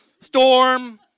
storm